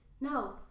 No